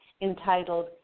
entitled